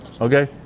okay